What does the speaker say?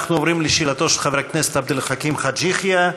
אנחנו עוברים לשאלתו של חבר הכנסת עבד אל חכים חאג' יחיא.